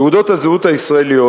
תעודות הזהות הישראליות,